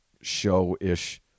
show-ish